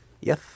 Yes